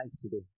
today